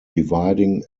dividing